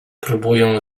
próbuję